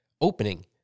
opening